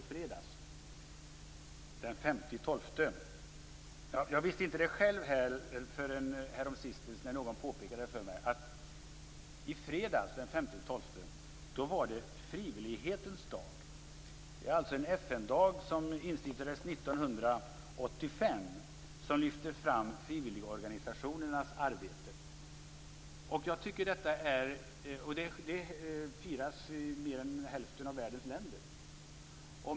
Jag visste det inte själv förrän häromsistens, när någon påpekade för mig att den 5 december är frivillighetens dag. Det är alltså en FN-dag som instiftades 1985 och som lyfter fram frivilligorganisationernas arbete. Den dagen firas i mer än hälften av världens länder.